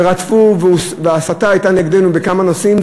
ורדפו וההסתה הייתה נגדנו בכמה נושאים,